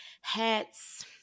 hats